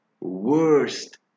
worst